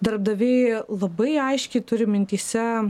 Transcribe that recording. darbdaviai labai aiškiai turi mintyse